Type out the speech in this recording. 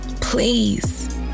please